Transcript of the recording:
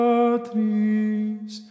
Patris